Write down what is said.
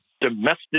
domestic